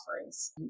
offerings